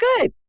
good